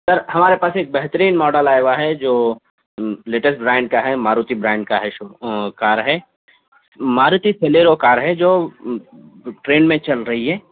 سر ہمارے پاس ایک بہترین ماڈل آیا ہُوا ہے جو لیدرس برانڈ کا ہے ماروتی برانڈ کا ہے شو کار ہے ماروتی فیلورو کار ہے جو ٹرینڈ میں چل رہی ہے